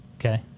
Okay